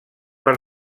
per